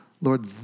Lord